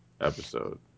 episode